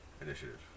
initiative